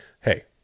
hey